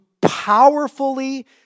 powerfully